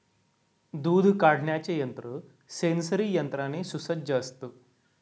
दूध काढण्याचे यंत्र सेंसरी यंत्राने सुसज्ज असतं